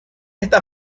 esta